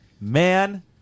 Man